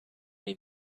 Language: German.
ihn